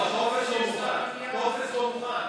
עזוב, הטופס לא מוכן.